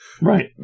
Right